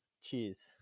Cheers